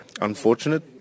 Unfortunate